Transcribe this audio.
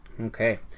Okay